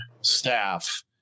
staff